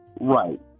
Right